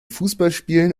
fußballspielen